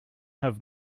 have